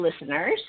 listeners